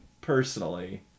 personally